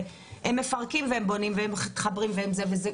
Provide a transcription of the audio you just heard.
והם מפרקים והם בונים והם מחברים והם זה וזה,